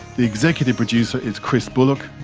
the executive producer is chris bullock,